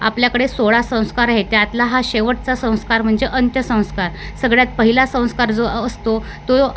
आपल्याकडे सोळा संस्कार आहे त्यातला हा शेवटचा संस्कार म्हणजे अंत्यसंस्कार सगळ्यात पहिला संस्कार जो अ असतो तो